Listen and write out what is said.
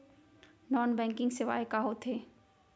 Non banking सेवाएं का होथे?